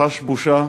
וחש בושה